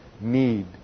Need